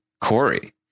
Corey